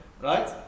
right